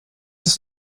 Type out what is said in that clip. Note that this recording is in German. das